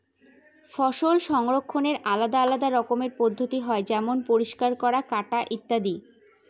ফসল সংগ্রহের আলাদা আলদা রকমের পদ্ধতি হয় যেমন পরিষ্কার করা, কাটা ইত্যাদি